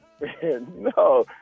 No